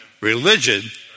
Religion